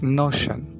notion